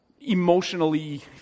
emotionally